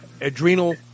adrenal